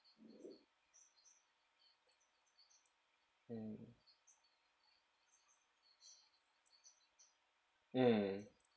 mm